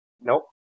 Nope